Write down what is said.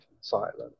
silence